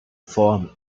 form